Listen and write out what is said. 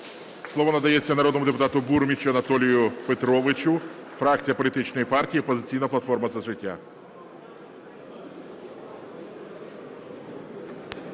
Слово надається народному депутату Бурмічу Анатолію Петровичу, фракція політичної партії "Опозиційна платформа - За життя".